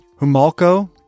Humalco